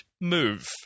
move